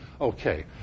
Okay